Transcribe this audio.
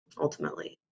ultimately